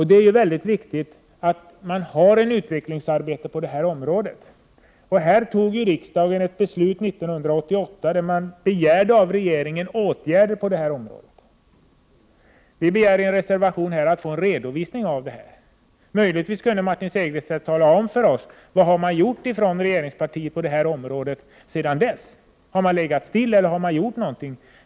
Det är väldigt viktigt att ha ett utvecklingsarbete på detta område. Riksdagen fattade beslut 1988 innebärande en hemställan till regeringen om åtgärder på detta område. I en reservation i detta betänkande begär vi att få en redovisning av dessa saker. Martin Segerstedt kan kanske tala om för oss vad regeringspartiet har gjort på detta område sedan beslutet fattades. Har ni 145 legat stilla? Eller har ni vidtagit några åtgärder?